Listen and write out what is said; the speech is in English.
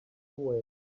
away